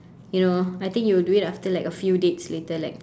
you know I think you would do it after like a few dates later like